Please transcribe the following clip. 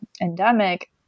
endemic